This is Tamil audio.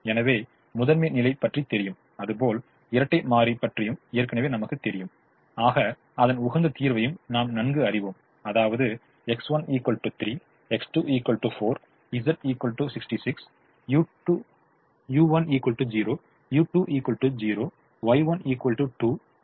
எனவே முதன்மை நிலை பற்றி தெரியும் அதுபோல் இரட்டை மாறி பற்றியும் ஏற்கனவே நாமக்குத் தெரியும் ஆக அதன் உகந்த தீர்வையும் நாம் நன்கு அறிவோம் அதாவது X1 3 X2 4 Z 66 u1 0 u2 0 Y1 2 Y2 1 etcetera